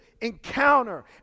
encounter